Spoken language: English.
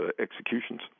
executions